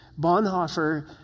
Bonhoeffer